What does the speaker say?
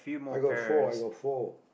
I got four I got four